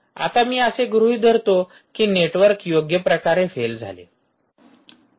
आता मी असे गृहीत धरतो की नेटवर्क योग्य प्रकारे फेल झाले